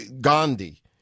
Gandhi